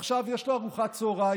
ועכשיו יש לו ארוחת צוהריים,